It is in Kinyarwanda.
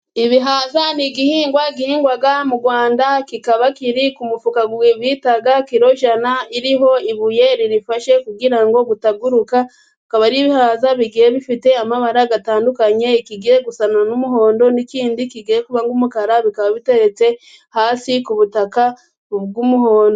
Ibihaza ni igihingwa gihingwa mu Rwanda, kikaba kiri ku mufuka bita kirojana iriho ibuye riwufashe kugira ngo utaguruka, bikaba ari ibihaza bigiye bifite amabara atandukanye, ikigiye gusa n'umuhondo n'ikindi kigiye kuba nk'umukara, bikaba biteretse hasi ku butaka bw'umuhondo.